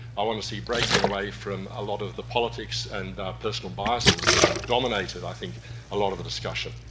i want to see breaking away from a lot of the politics and personal biases that have dominated i think a lot of the discussion.